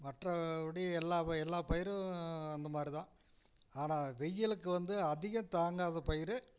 மற்றபடி எல்லா எல்லா பயிரும் அந்தமாதிரிதான் ஆனால் வெயிலுக்கு வந்து அதிக தாங்காத பயிறு